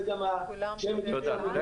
זה גם כשהן הגישו לנו דוחות ותוכניות --- כולן,